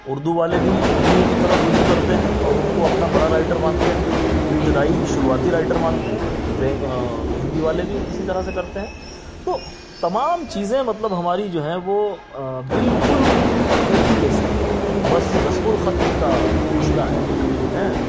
اردو والے بھی انہیں کی طرف رجوع کرتے ہیں اور ان کو اپنا بڑا رائٹر مانتے ہیں ابتدائی شروعاتی رائٹر مانتے ہیں پریم ہندی والے بھی اسی طرح سے کرتے ہیں تو تمام چیزیں مطلب ہماری جو ہیں وہ بالکل ایک ہی جیسی ہیں بس رسم الخط کا مسئلہ ہے